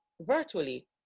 virtually